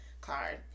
card